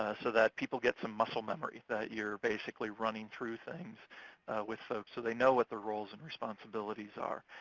ah so that people get some muscle memory, that you're basically running through things with folks so they know what the roles and responsibilities are.